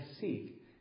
seek